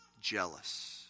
jealous